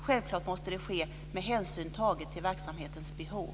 Självklart måste det ske med hänsyn tagen till verksamhetens behov.